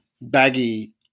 baggy